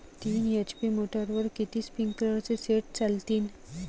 तीन एच.पी मोटरवर किती स्प्रिंकलरचे सेट चालतीन?